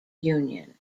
union